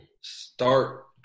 Start